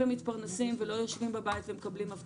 ומתפרנסים ולא יושבים בבית ומקבלים דמי אבטלה.